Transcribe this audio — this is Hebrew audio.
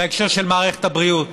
בהקשר של מערכת הבריאות.